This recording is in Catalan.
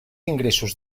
ingressos